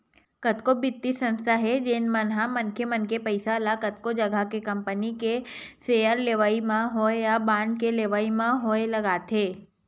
कतको बित्तीय संस्था हे जेन मन ह मनखे मन के पइसा ल कतको जघा के कंपनी के सेयर लेवई म होय या बांड के लेवई म होय लगाथे